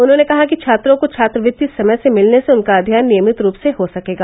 उन्होंने कहा कि छात्रों को छात्रवृत्ति समय से मिलने से उनका अध्ययन नियमित रूप से हो सकेगा